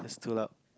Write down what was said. too loud